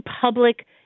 public